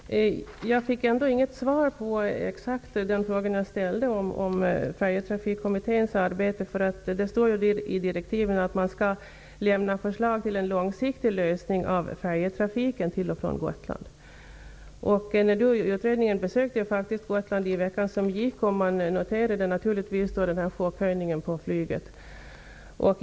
Herr talman! Jag fick ändå inget svar på exakt den fråga jag ställde om Färjetrafikkommitténs arbete. Det står ju i direktiven att den skall lämna förslag till en långsiktig lösning av färjetrafiken till och från Utredningen besökte ju faktiskt Gotland i veckan som gick. Man noterade naturligtvis den här chockhöjningen på flyget.